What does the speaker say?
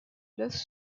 laisse